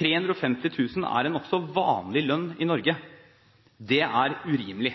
er en nokså vanlig lønn i Norge. Dette er urimelig.